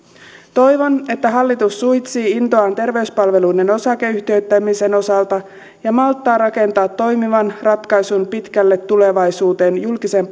toivon että hallitus suitsii intoaan terveyspalveluiden osakeyhtiöittämisen osalta ja malttaa rakentaa toimivan ratkaisun pitkälle tulevaisuuteen julkiseen